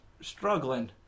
struggling